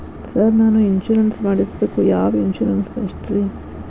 Sir ನಾನು insurance ಮಾಡಿಸಬೇಕು ಯಾವ ಇನ್ಶೂರೆನ್ಸ್ ಬೆಸ್ಟ್ರಿ?